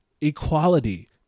equality